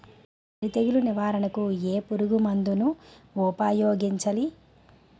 వరి తెగుల నివారణకు ఏ పురుగు మందు ను ఊపాయోగించలి?